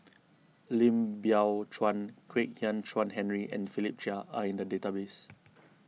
Lim Biow Chuan Kwek Hian Chuan Henry and Philip Chia are in the database